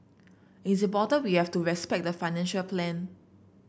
it's important we have to respect the financial plan